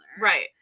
Right